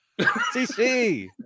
CC